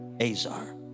Azar